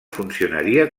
funcionaria